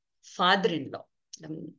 father-in-law